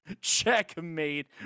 Checkmate